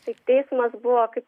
tik teismas buvo kaip